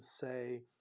say